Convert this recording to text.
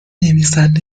نویسنده